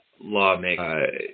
lawmakers